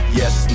yes